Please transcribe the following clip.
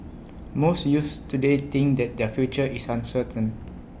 most youths today think that their future is uncertain